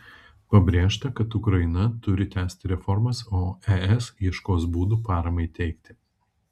pabrėžta kad ukraina turi tęsti reformas o es ieškos būdų paramai teikti